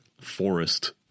forest